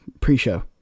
pre-show